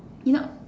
you know